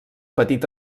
petit